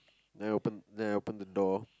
then I opened then I opened the door